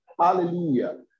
Hallelujah